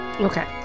Okay